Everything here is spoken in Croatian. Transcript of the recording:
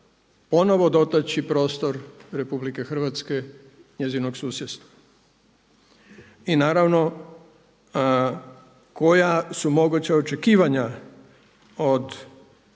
ponovno dotaći prostor RH, njezinog susjedstva i naravno koja su moguća očekivanja od Europskog